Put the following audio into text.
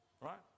right